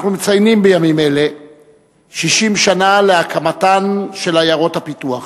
אנחנו מציינים בימים אלה 60 שנה להקמתן של עיירות הפיתוח.